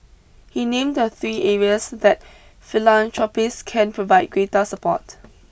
he named the three areas that philanthropists can provide greater support